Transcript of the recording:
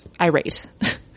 irate